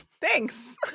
Thanks